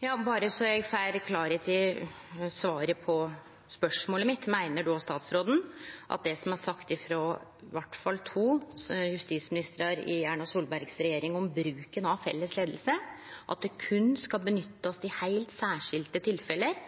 Berre så eg får klarleik i svaret på spørsmålet mitt: Meiner då statsråden at det som er sagt av i alle fall to justisministrar i Erna Solbergs regjering om bruken av felles leiing, at det berre skal nyttast i